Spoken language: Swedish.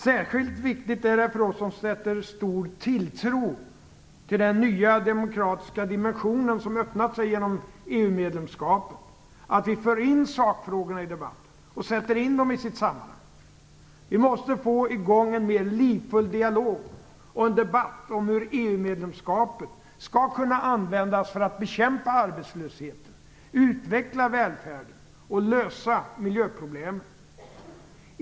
Särskilt viktigt är det för dem som sätter stor tilltro till den nya demokratiska dimensionen, som öppnats genom EU-medlemskapet, att vi för in sakfrågorna i debatten och sätter in dem i sitt sammanhang. Vi måste få i gång en mer livfull dialog och en debatt om hur EU medlemskapet skall kunna användas för att bekämpa arbetslösheten, utveckla välfärden och lösa miljöproblemen.